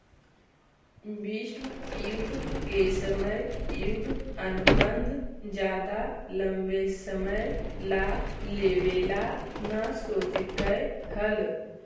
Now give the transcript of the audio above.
विश्व युद्ध के समय युद्ध अनुबंध ज्यादा लंबे समय ला लेवे ला न सोचकई हल